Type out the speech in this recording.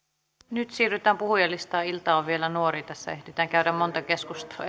nyt siirrytään puhujalistaan ilta on vielä nuori tässä ehditään käydä monta keskustelua